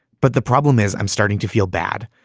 but the problem is, i'm starting to feel bad.